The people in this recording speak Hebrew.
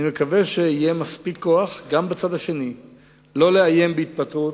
אני מקווה שיהיה מספיק כוח גם בצד השני שלא לאיים בהתפטרות.